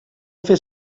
fer